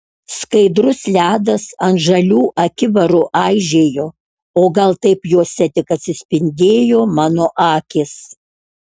skaidrus ledas ant žalių akivarų aižėjo o gal taip juose tik atsispindėjo mano akys